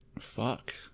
Fuck